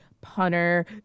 Punter